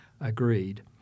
agreed